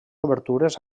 obertures